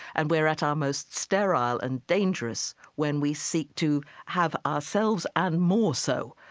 and we're at our most sterile and dangerous when we seek to have ourselves and more so,